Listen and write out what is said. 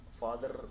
father